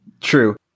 True